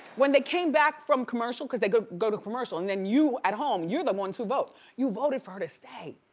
when they came back from commercial, because they go go to commercial and then you at home, you're the ones who vote, you voted for her to stay.